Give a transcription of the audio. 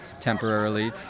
temporarily